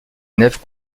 nef